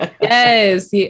yes